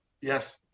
Yes